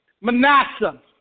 Manasseh